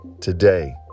Today